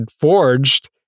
forged